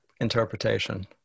interpretation